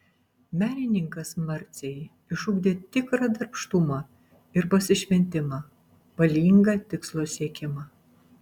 menininkas marcei išugdė tikrą darbštumą ir pasišventimą valingą tikslo siekimą